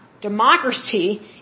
democracy